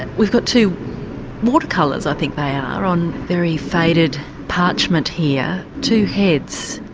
and we've got two watercolours i think they are on very faded parchment here. two heads,